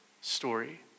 story